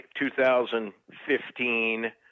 2015